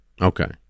Okay